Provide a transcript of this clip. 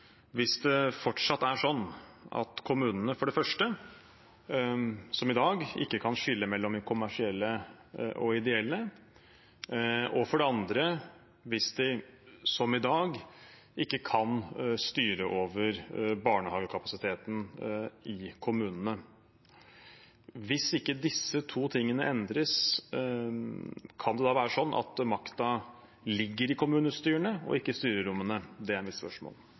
hvis det fortsatt er sånn at kommunene – som i dag – for det første ikke kan skille mellom kommersielle og ideelle, og for det andre ikke kan styre over barnehagekapasiteten i kommunene. Hvis ikke disse to tingene endres, kan det da være sånn at makten ligger i kommunestyrene og ikke i styrerommene? Det er mitt spørsmål.